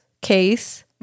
case